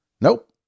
Nope